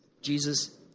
Jesus